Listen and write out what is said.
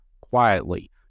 quietly